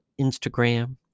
Instagram